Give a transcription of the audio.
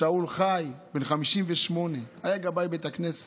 שאול חי, בן 58, היה גבאי בית הכנסת,